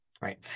Right